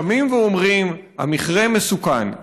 קמים ואומרים: המכרה מסוכן,